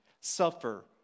suffer